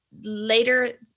later